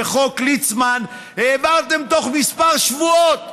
וחוק ליצמן העברתם תוך כמה שבועות.